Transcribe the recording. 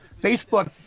Facebook